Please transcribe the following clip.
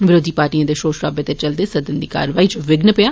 विरोधी पार्टियें दे शोर शराबे दे चलदे सदन दी कारवाई च विघ्न पेया